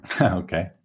Okay